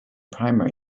primary